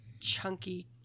chunky